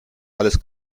alles